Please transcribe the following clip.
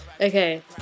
Okay